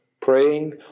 Praying